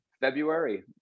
February